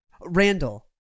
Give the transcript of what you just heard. Randall